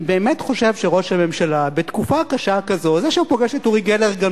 אני באמת חושב שראש הממשלה בתקופה קשה כזו זה שהוא פוגש את אורי גלר,